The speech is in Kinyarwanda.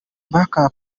back